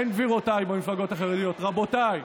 אין "גבירותיי" במפלגות החרדיות, רבותיי,